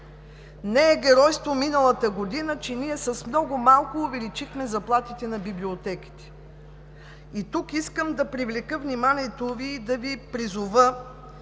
Не е геройство миналата година, че ние с много малко увеличихме заплатите на библиотеките. Тук искам да привлека вниманието и да Ви призова